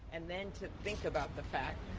and then to think about the fact,